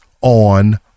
on